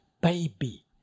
baby